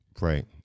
Right